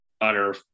utter